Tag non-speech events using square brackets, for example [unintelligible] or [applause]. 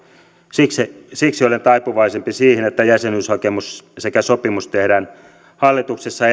siksi siksi olen taipuvaisempi siihen että jäsenyyshakemus sekä sopimus tehdään hallituksessa [unintelligible]